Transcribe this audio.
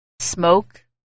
smoke